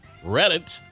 Reddit